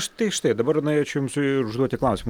štai štai dabar norėčiau jums ir užduoti klausimą